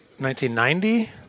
1990